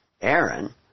Aaron